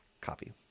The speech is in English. copy